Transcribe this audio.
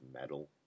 metal